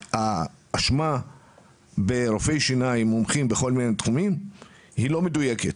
וההאשמה כלפי רופאי שיניים שהם מומחים בכל תחומים היא לא מדויקת,